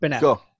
Go